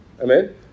Amen